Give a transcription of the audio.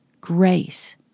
grace